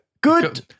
Good